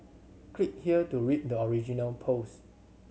click here to read the original post